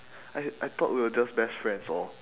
I I thought we were just best friends orh